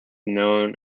known